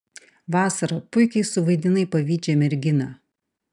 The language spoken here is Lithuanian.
vasara puikiai suvaidinai pavydžią merginą